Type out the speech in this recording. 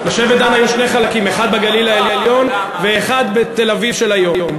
לשבט דן היו שני חלקים: אחד בגליל העליון ואחד בתל-אביב של היום.